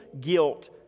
guilt